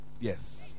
Yes